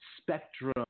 spectrum